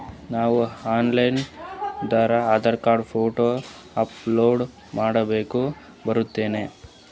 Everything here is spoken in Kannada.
ನಾವು ಆನ್ ಲೈನ್ ದಾಗ ಆಧಾರಕಾರ್ಡ, ಫೋಟೊ ಅಪಲೋಡ ಮಾಡ್ಲಕ ಬರ್ತದೇನ್ರಿ?